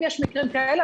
אם יש מקרים כאלה,